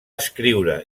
escriure